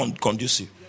conducive